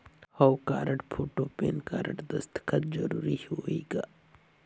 हव card, photo, pan card, दस्खत जरूरी होही का?